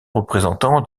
représentant